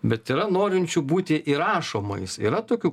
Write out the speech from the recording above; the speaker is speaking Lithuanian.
bet yra norinčių būti įrašomais yra tokių